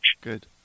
Good